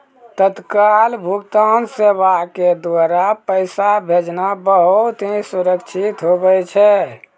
तत्काल भुगतान सेवा के द्वारा पैसा भेजना बहुत ही सुरक्षित हुवै छै